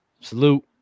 salute